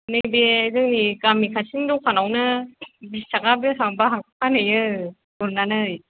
नैबे जोंनि गामि खाथिनि दखानावनो बिस थाखा बेसां बाहाग फानहैयो गुरनानै